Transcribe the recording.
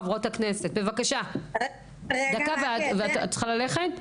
חברת הכנסת עאידה את צריכה ללכת?